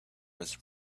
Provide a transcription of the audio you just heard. was